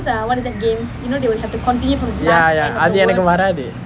ya ya அது எனக்கு வராது:athu enakku varaathu